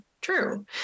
true